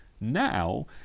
Now